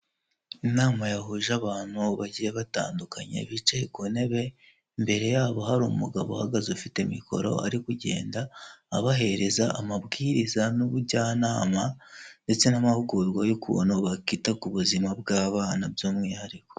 Inama yahuje abantu bagiye batandukanya bicaye ku ntebe, imbere yabo hari umugabo uhagaze ufite mikoro ari kugenda abahereza amabwiriza n'ubujyanama ndetse n'amahugurwa y'ukuntu bakita ku buzima bw'abana by'umwihariko.